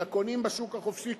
הקונים בשוק החופשי,